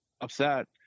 upset